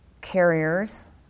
carriers